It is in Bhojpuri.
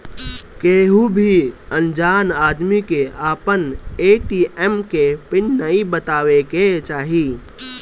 केहू भी अनजान आदमी के आपन ए.टी.एम के पिन नाइ बतावे के चाही